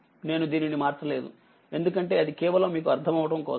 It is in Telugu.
నేను దీనిని మార్చలేదు ఎందుకంటే అది కేవలం మీకు అర్ధమవటంకోసమే